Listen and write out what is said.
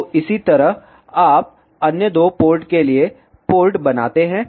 तो इसी तरह आप अन्य दो आउटपुट के लिए पोर्ट बनाते हैं